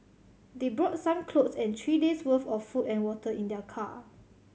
they brought some clothes and three days' worth of food and water in their car